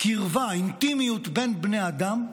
קרבה ואינטימיות בין בני אדם,